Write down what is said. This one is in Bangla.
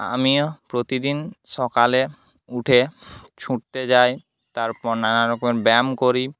আমিও প্রতিদিন সকালে উঠে ছুটতে যাই তারপর নানারকম ব্যায়াম করি